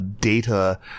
data